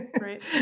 Right